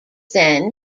then